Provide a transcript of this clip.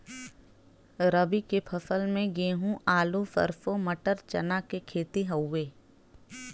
रबी के फसल में गेंहू, आलू, सरसों, मटर, चना के खेती हउवे